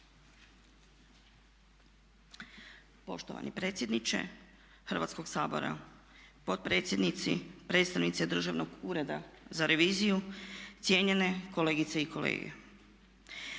Poštovani predsjedniče Hrvatskog sabora, potpredsjednici, predstavnici Državnog ureda za reviziju, cijenjene kolegice i kolege.